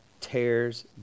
tears